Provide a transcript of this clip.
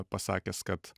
pasakęs kad